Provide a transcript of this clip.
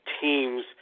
teams –